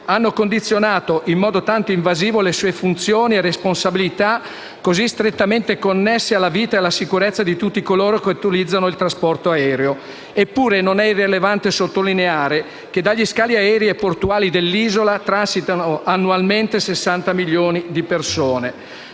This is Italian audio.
hanno condizionato, in modo tanto invasivo, le sue funzioni e responsabilità così strettamente connesse alla vita e alla sicurezza di tutti coloro che utilizzano il trasporto aereo. Eppure non è irrilevante sottolineare che dagli scali aerei e portuali dell'Isola transitano, annualmente, 60 milioni di persone.